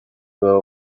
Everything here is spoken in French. peuvent